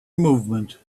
movement